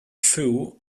foo